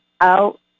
out